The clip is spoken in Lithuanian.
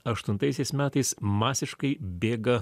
aštuntaisiais metais masiškai bėga